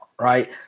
right